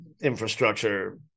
infrastructure